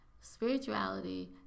spirituality